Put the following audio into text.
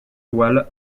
toile